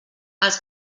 els